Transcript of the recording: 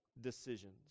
decisions